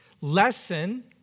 lesson